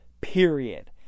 period